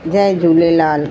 Jay Jhulelal